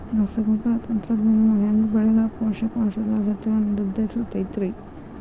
ರಸಗೊಬ್ಬರ ತಂತ್ರಜ್ಞಾನವು ಹ್ಯಾಂಗ ಬೆಳೆಗಳ ಪೋಷಕಾಂಶದ ಅಗತ್ಯಗಳನ್ನ ನಿರ್ಧರಿಸುತೈತ್ರಿ?